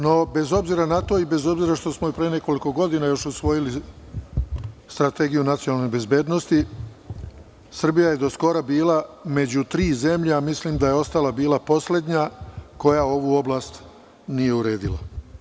No, bez obzira na to i bez obzira što smo još pre nekoliko godina usvojili Strategiju nacionalne bezbednosti, Srbija je do skoro bila među tri zemlje, a mislim da je bila i poslednja, koje ovu oblast nisu uredile.